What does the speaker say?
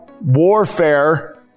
warfare